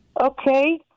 Okay